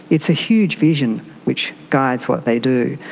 it's a huge vision which guides what they do,